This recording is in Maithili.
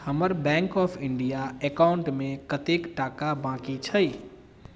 हमर बैंक ऑफ इंडिया एकाउंट मे कतेक टाका बाँकी छै